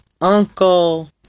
uncle